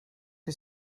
que